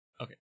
Okay